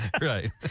Right